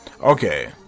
Okay